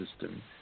system